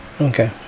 Okay